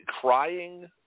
Crying